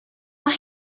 mae